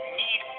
need